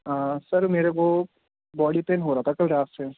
سر میرے کو body pain ہو رہا تھا کل رات سے